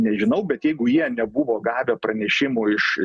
nežinau bet jeigu jie nebuvo gavę pranešimo iš